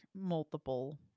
multiple